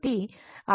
rms విలువ 70